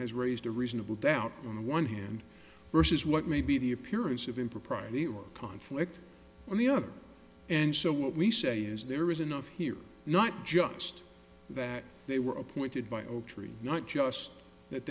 has raised a reasonable doubt on the one hand versus what may be the appearance of impropriety or conflict on the other and so what we say is there is enough here not just that they were appointed by oaktree not just that